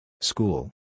School